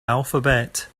alphabet